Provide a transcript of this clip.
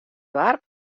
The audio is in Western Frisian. doarp